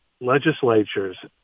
legislatures